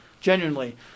genuinely